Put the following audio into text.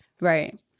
right